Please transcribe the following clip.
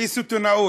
בסיטונות,